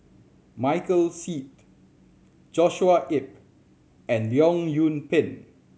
Michael Seet Joshua Ip and Leong Yoon Pin